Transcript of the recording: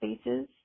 spaces